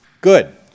good